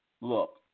Look